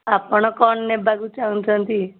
ଆପଣ କ'ଣ ନେବାକୁ ଚାହୁଁଛନ୍ତି